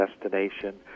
destination